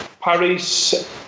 Paris